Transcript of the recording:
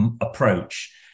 approach